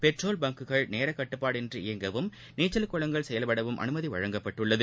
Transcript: petrol பங்குகள் நேரக் கட்டுப்பாடின்றி இயங்கவும் நீச்சல்குளங்கள் செயல்படவும் அனுமதிக்கப்பட்டுள்ளது